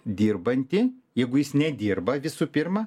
dirbantį jeigu jis nedirba visų pirma